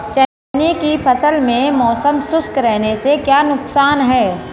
चने की फसल में मौसम शुष्क रहने से क्या नुकसान है?